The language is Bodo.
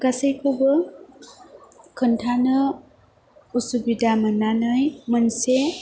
गासैखौबो खोन्थानो उसिबिदा मोननानै मोनसे